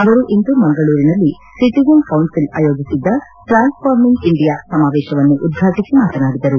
ಅವರು ಇಂದು ಮಂಗಳೂರಿನಲ್ಲಿ ಒಟಿಜನ್ ಕೌನ್ನಿಲ್ ಆಯೋಜಿಸಿದ್ದ ಟ್ರಾನ್ಸ್ಫಾರ್ಸಿಂಗ್ ಇಂಡಿಯಾ ಸಮಾವೇತವನ್ನು ಉದ್ರಾಟಿಸಿ ಮಾತನಾಡಿದರು